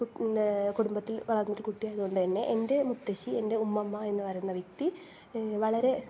പിന്നേ കുടുംബത്തിൽ വളർന്ന ഒരു കുട്ടിയായത് കൊണ്ട് തന്നെ എൻ്റെ മുത്തശ്ശി എൻ്റെ ഉമ്മമ്മ എന്ന് പറയുന്ന വ്യക്തി വളരെ